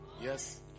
Yes